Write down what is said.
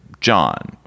John